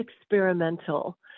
experimental